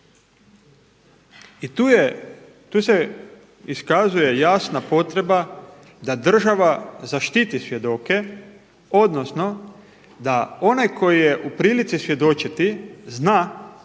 tu se iskazuje jasna potreba da država zaštiti svjedoke, odnosno da onaj koji je u prilici svjedočiti zna da ima potpunu sigurnost